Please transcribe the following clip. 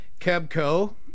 Kebco